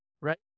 right